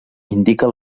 indica